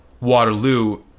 Waterloo